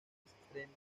extremo